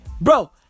bro